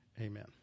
Amen